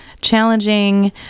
challenging